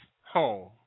home